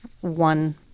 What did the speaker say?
one